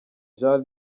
jean